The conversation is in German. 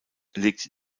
legte